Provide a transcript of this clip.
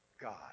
God